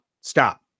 Stop